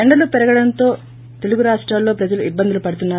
ఎండలు పెరగడంతో తెలుగు రాష్టాల్లో ప్రజలు ఇబందులు పడుతున్నారు